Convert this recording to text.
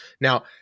Now